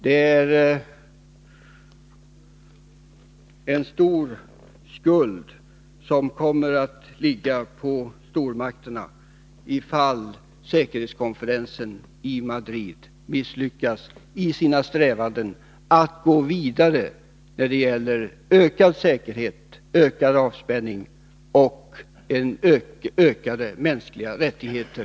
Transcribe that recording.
Det är en stor skuld som kommer att vila på stormakterna, om säkerhetskonferensen i Madrid misslyckas i strävandena att gå vidare för att nå ökad säkerhet, ökad avspänning och ökade mänskliga rättigheter.